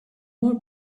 more